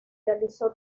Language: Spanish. realizó